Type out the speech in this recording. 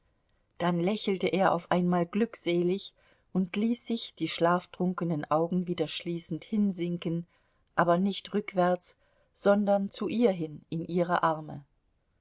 dann lächelte er auf einmal glückselig und ließ sich die schlaftrunkenen augen wieder schließend hinsinken aber nicht rückwärts sondern zu ihr hin in ihre arme